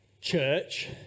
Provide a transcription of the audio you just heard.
church